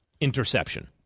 interception